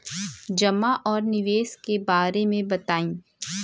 जमा और निवेश के बारे मे बतायी?